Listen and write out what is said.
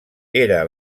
era